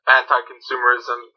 anti-consumerism